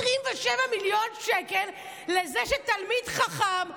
27 מיליון שקל לזה שתלמיד חכם אומר: